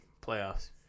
playoffs